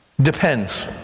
depends